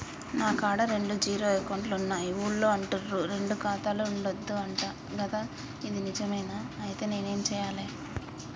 నా కాడా రెండు జీరో అకౌంట్లున్నాయి ఊళ్ళో అంటుర్రు రెండు ఖాతాలు ఉండద్దు అంట గదా ఇది నిజమేనా? ఐతే నేనేం చేయాలే?